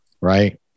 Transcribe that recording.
right